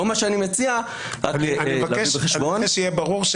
אני מבקש שיהיה ברור,